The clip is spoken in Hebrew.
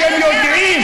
אתם יודעים,